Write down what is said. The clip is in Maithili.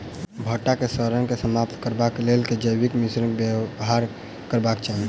भंटा केँ सड़न केँ समाप्त करबाक लेल केँ जैविक मिश्रण केँ व्यवहार करबाक चाहि?